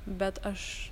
bet aš